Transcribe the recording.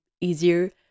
easier